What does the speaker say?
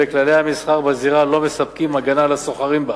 וכללי המסחר בזירה לא מספקים הגנה לסוחרים בה.